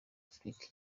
afrique